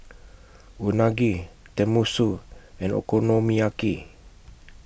Unagi Tenmusu and Okonomiyaki